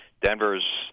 Denver's